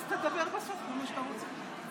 אז תדבר בסוף כמה שאתה רוצה.